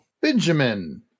Benjamin